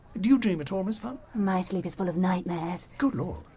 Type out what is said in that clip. do you dream at all, miss funn? my sleep is full of nightmares. good lord.